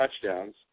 touchdowns